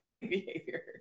behavior